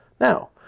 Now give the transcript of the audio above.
Now